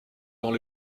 dans